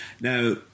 Now